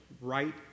right